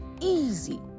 easy